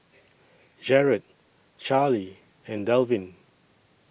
Jerod Charley and Delvin